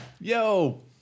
Yo